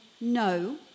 no